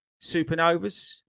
supernovas